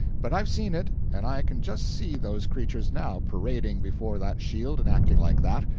but i've seen it, and i can just see those creatures now, parading before that shield and acting like that.